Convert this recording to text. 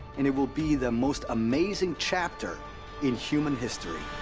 and it will be the most amazing chapter in human history.